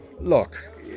look